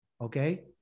Okay